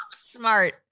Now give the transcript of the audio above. Smart